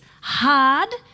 hard